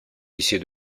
lycée